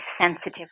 sensitive